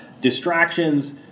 distractions